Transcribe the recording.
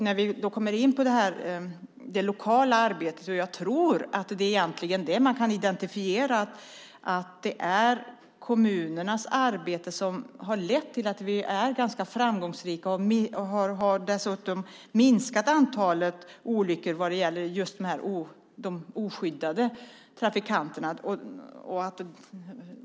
När vi kommer in på den lokala nivån tror jag att det egentligen är det man kan identifiera: att det är kommunernas arbete som har lett till att vi är ganska framgångsrika och dessutom har minskat antalet olyckor vad gäller just de oskyddade trafikanterna.